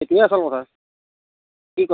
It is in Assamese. সেইখিনিয়ে আচল কথা কি কয়